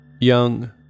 Young